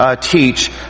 teach